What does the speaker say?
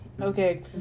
Okay